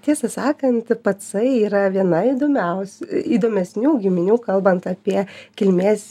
tiesą sakant ir pacai yra viena įdomiaus įdomesnių giminių kalbant apie kilmės